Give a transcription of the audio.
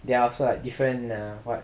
they are of like different err what